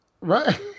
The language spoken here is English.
Right